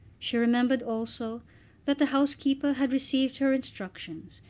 she remembered also that the housekeeper had received her instructions,